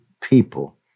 people